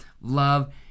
love